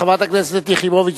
חברת הכנסת יחימוביץ,